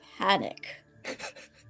Panic